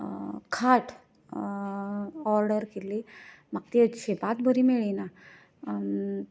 खाट ऑर्डर केल्ली म्हाका अजिबात बरी मेळ्ळी ना